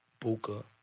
Buka